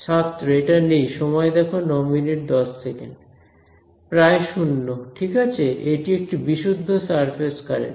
ছাত্র এটা নেই প্রায় 0 ঠিক আছে এটি একটি বিশুদ্ধ সারফেস কারেন্ট